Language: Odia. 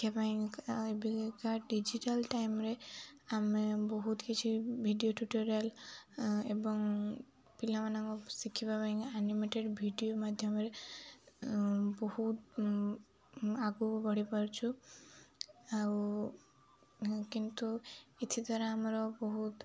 ଶିକ୍ଷା ପାଇଁ ଏବେକା ଡିଜିଟାଲ ଟାଇମରେ ଆମେ ବହୁତ କିଛି ଭିଡ଼ିଓ ଟ୍ୟୁଟୋରିଆଲ ଏବଂ ପିଲାମାନଙ୍କ ଶିଖିବା ପାଇଁକା ଆନିମେଟେଡ୍ ଭିଡିଓ ମାଧ୍ୟମରେ ବହୁତ ଆଗକୁ ବଢ଼ି ପାରୁଛୁ ଆଉ କିନ୍ତୁ ଏଥିଦ୍ୱାରା ଆମର ବହୁତ